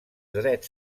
drets